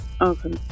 Okay